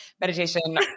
meditation